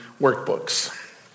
workbooks